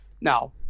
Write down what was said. now